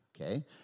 okay